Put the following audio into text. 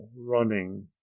running